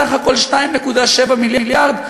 בסך הכול 2.7 מיליארד,